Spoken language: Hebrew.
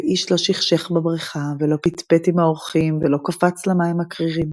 ואיש לא שכשך בברכה ולא פטפט עם האורחים ולא קפץ למים הקרירים.